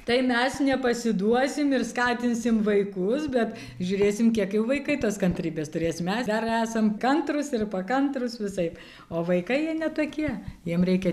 tai mes nepasiduosim ir skatinsim vaikus bet žiūrėsim kiek jau vaikai tos kantrybės turės mes dar esam kantrūs ir pakantrūs visaip o vaikai jie ne tokie jiem reikia